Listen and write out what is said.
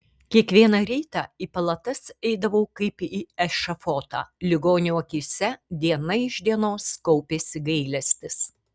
kiekvieną rytą į palatas eidavau kaip į ešafotą ligonių akyse diena iš dienos kaupėsi gailestis